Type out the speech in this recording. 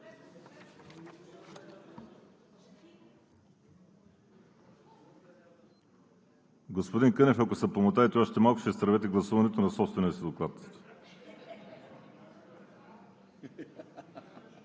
Господин Кънев, ако се помотаете още малко, ще изтървете гласуването на собствения си доклад.